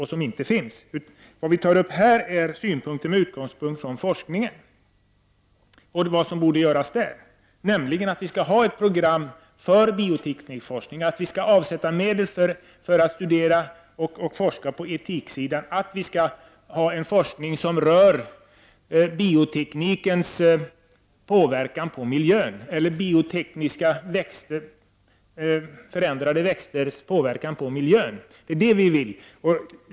Här tar vi upp synpunkter med utgångspunkt i forskningen och lägger fram förslag om vad som borde göras på det området. Vi föreslår ett program för biotekniksforskning och att det skall avsättas medel för att bedriva studier och forskning när det gäller etiksidan. Vi bör ha en forskning som rör genom bioteknik förändrade växters påverkan på miljön. Det är vad vi vill få till stånd.